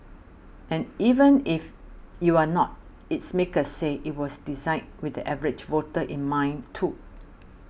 and even if you are not its makers say it was designed with the average voter in mind too